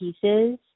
Pieces